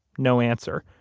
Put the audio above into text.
no answer.